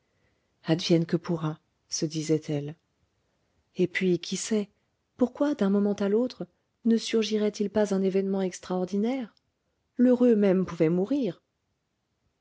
advienne que pourra se disait-elle et puis qui sait pourquoi d'un moment à l'autre ne surgiraitil pas un événement extraordinaire lheureux même pouvait mourir